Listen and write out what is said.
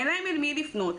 אין להם אל מי לפנות,